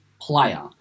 player